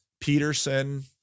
Peterson